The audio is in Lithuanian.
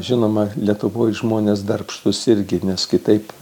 žinoma lietuvoj žmonės darbštūs irgi nes kitaip